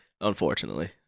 unfortunately